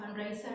fundraiser